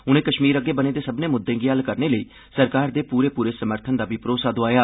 उनें कश्मीर अग्गै बने दे सब्बने मुद्दें गी हल करने लेई सरकारै दे पूरे पूरे समर्थन दा बी भरोसा दोआया